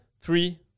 three